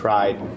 Tried